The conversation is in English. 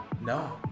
No